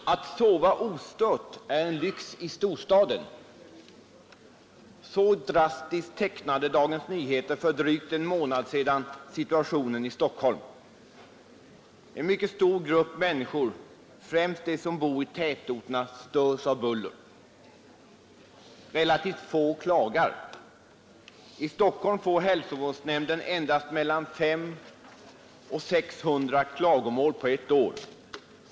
Herr talman! Att sova ostört är en lyx i storstaden. Så drastiskt tecknade Dagens Nyheter för drygt en månad sedan situationen i Stockholm. En mycket stor grupp människor, främst de som bor i tätorterna, störs av buller. Relativt få klagar. I Stockholm får hälsovårdsnämnden endast mellan 500 och 600 klagomål på ett år.